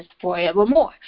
forevermore